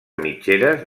mitgeres